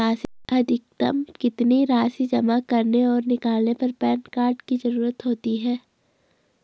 अधिकतम कितनी राशि जमा करने और निकालने पर पैन कार्ड की ज़रूरत होती है?